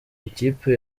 ikipe